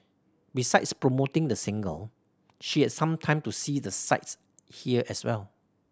besides promoting the single she had some time to see the sights here as well